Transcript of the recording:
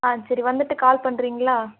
ஆ சரி வந்துட்டு கால் பண்ணுறீங்களா